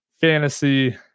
Fantasy